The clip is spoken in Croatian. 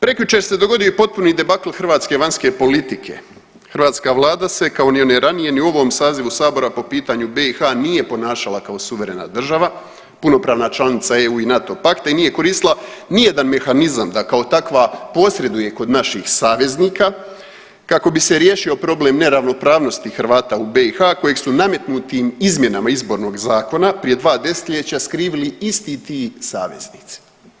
Prekjučer se dogodio i potpuni debakl hrvatske vanjske politike, hrvatska vlada se kao ni one ranije ni u ovom sazivu sabora po pitanju BiH nije ponašala kao suverena država, punopravna članica EU i NATO pakta i nije koristila nijedan mehanizam da kao takva posreduje kod naših saveznika kako bi se riješio problem neravnopravnosti Hrvata u BiH kojeg su nametnutim izmjenama izbornog zakona prije dva desetljeća skrivili isti ti saveznici.